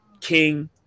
King